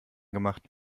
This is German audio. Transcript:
gemacht